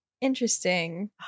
Interesting